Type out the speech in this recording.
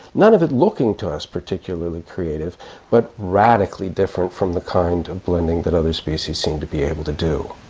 none of it looking to us particularly creative but radically different from the kind of blending that other species seem to be able to do.